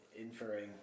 inferring